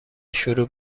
شروع